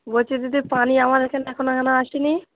বলছি দিদি পানি আমার এখানে এখনো কেন আসে নি